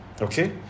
okay